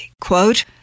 quote